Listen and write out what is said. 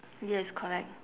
yes correct